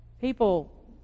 People